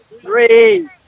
three